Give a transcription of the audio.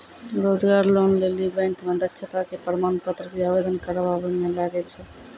रोजगार लोन लेली बैंक मे दक्षता के प्रमाण पत्र भी आवेदन करबाबै मे लागै छै?